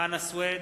חנא סוייד,